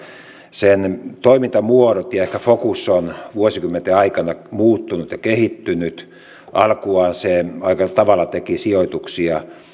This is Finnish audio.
sen toimintamuodot ja ehkä fokus ovat vuosikymmenten aikana muuttuneet ja kehittyneet alkuaan se aika tavalla teki sijoituksia